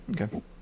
Okay